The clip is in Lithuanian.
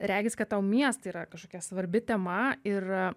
regis kad tau miestai yra kažkokia svarbi tema ir